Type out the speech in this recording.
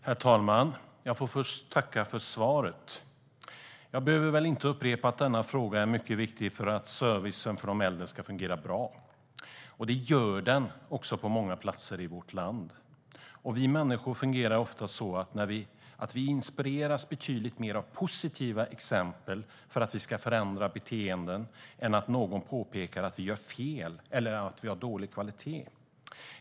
Herr talman! Jag börjar med att tacka för svaret. Jag behöver nog inte upprepa att denna fråga är mycket viktig för att servicen för de äldre ska fungera bra. Det gör den också på många platser i vårt land. Vi människor fungerar ofta så att vi inspireras betydligt mer av positiva exempel för att vi ska förändra beteenden än av att någon påpekar att vi gör fel eller att vi har dålig kvalitet.